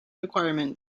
requirements